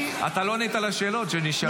לא ענית על השאלות שנשאלו פה.